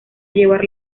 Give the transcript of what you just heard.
llevar